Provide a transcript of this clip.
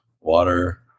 water